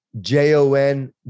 J-O-N